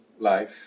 life